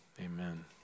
Amen